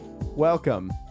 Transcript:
Welcome